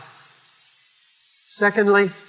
Secondly